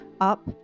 up